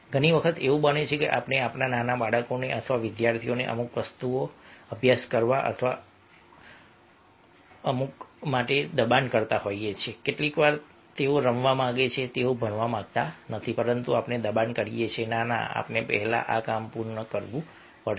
ઘણી વખત એવું બને છે કે આપણે આપણા નાના બાળકોને અથવા વિદ્યાર્થીઓને અમુક વસ્તુઓ અભ્યાસ કરવા અથવા કરવા માટે દબાણ કરીએ છીએ કેટલીકવાર તેઓ રમવા માંગે છે તેઓ ભણવા માંગતા નથી પરંતુ આપણે દબાણ કરીએ છીએ ના ના આપણે પહેલા આ કામ પૂર્ણ કરવું પડશે